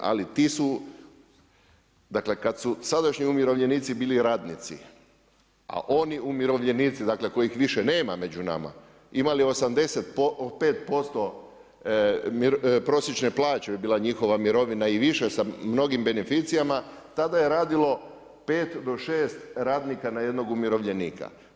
Ali ti su, dakle kad su sadašnji umirovljenici bili radnici, a oni umirovljenici dakle kojih više nema među nama imali 85% prosječne plaće bi bila njihova mirovina i više sa mnogim beneficijama tada je radilo 5 do 6 radnika na jednog umirovljenika.